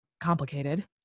complicated